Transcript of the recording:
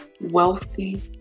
wealthy